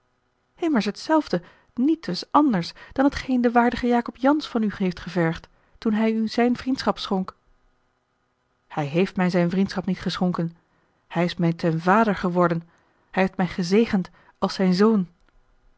hetzelfde nietwes anders dan hetgeen de waardige jacob jansz van u heeft gevergd toen hij u zijne vriendschap schonk hij heeft mij zijne vriendschap niet geschonken hij is mij ten vader geworden hij heeft mij gezegend als zijn zoon